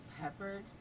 peppered